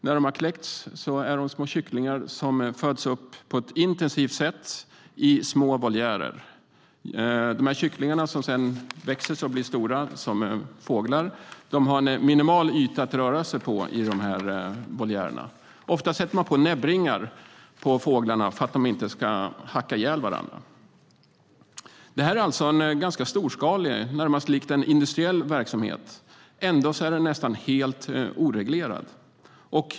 När de har kläckts är de små kycklingar som föds upp på ett intensivt sätt i små voljärer. De här kycklingarna, som sedan växer och blir stora fåglar, har en minimal yta att röra sig på i voljärerna. Ofta sätter man näbbringar på fåglarna för att de inte ska hacka ihjäl varandra. Det är alltså en ganska storskalig verksamhet - den är närmast lik en industriell verksamhet. Ändå är den nästan helt oreglerad.